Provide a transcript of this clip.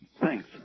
Thanks